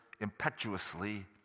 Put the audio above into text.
impetuously